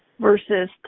versus